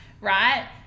right